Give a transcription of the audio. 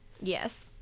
Yes